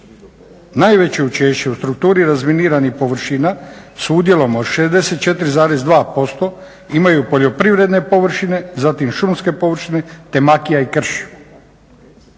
Najveće učešće u strukturi razminiranih površina s udjelom od 64,2% imaju poljoprivredne površine, zatim šumske površine te makija i krš.